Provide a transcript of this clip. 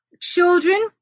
children